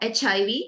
HIV